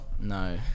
No